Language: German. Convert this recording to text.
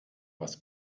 was